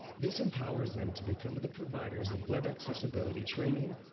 this empowers them to become the providers of web accessibility training,